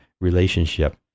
relationship